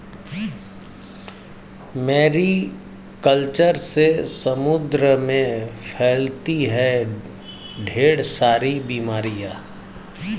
Mary culture से समुद्र में फैलती है ढेर सारी बीमारियां